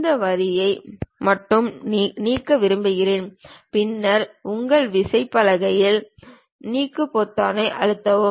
இந்த வரியை மட்டும் நீக்க விரும்புகிறேன் பின்னர் உங்கள் விசைப்பலகையில் நீக்கு பொத்தானை அழுத்தவும்